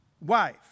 wife